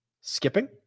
skipping